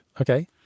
Okay